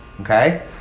Okay